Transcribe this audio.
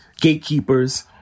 gatekeepers